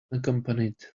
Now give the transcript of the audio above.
accompanied